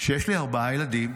שיש לי ארבעה ילדים,